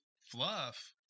fluff